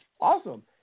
Awesome